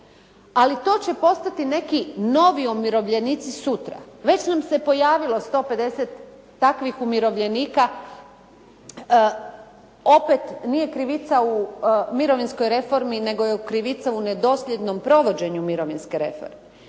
Ali to će postati neki novi umirovljenici sutra. Već nam se pojavilo 150 takvih umirovljenika, opet nije krivica u mirovinskoj reformi, nego je krivica u nedosljednom provođenju mirovinske reforme.